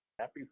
Happy